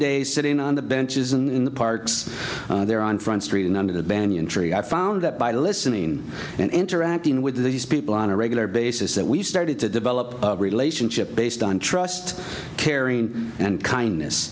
days sitting on the benches in the parks there on front street and under the banner entry i found that by listening and interacting with these people on a regular basis that we started to develop a relationship based on trust caring and kindness